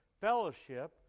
fellowship